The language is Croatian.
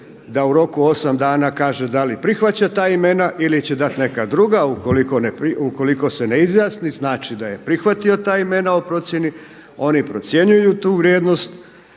da u roku osam dana kaže da li prihvaća ta imena ili će dati neka druga. Ukoliko se ne izjasni znači da je prihvatio ta imena o procjeni, oni procjenjuju vrijednost